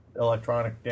electronic